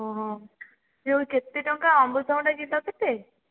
ଓହୋ ଯେଉଁ କେତେ ଟଙ୍କା ଅମୃତଭଣ୍ଡା କିଲୋ କେତେ